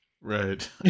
right